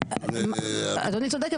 אדוני צודק,